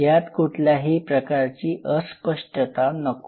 यात कुठल्याही प्रकारची अस्पष्टता नको